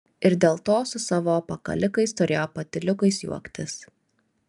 ir dėl to su savo pakalikais turėjo patyliukais juoktis